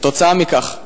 עקב כך,